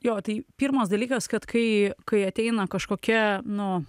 jo tai pirmas dalykas kad kai kai ateina kažkokia nu